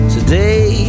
Today